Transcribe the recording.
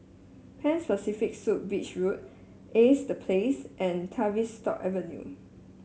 Pan Pacific Suites Beach Road Ace The Place and Tavistock Avenue